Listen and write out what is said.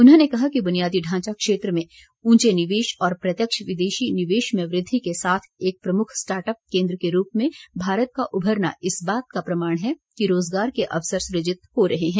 उन्होंने कहा कि बुनियादी ढांचा क्षेत्र में उंचे निवेश और प्रत्यक्ष विदेशी निवेश में वृद्धि के साथ एक प्रमुख स्टार्ट अप केन्द्र के रूप में भारत का उभरना इस बात का प्रमाण है कि रोजगार के अवसर सूजित हो रहे हैं